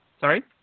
Sorry